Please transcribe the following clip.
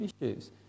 issues